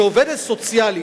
כשעובדת סוציאלית,